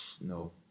no